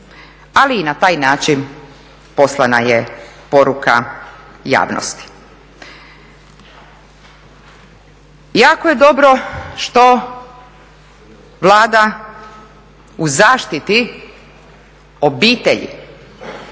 Ali i na taj način poslana je poruka javnosti. Jako je dobro što Vlada u zaštiti obitelji